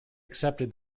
accepted